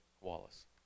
Wallace